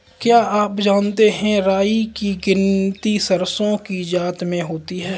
क्या आप जानते है राई की गिनती सरसों की जाति में होती है?